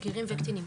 בגירים וקטינים.